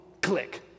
Click